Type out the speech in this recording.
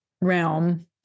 realm